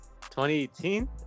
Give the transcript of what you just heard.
2018